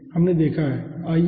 हमने देखा है ठीक है